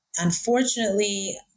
unfortunately